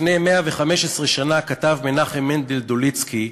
לפני 115 שנה כתב מנחם מנדל דוליצקי: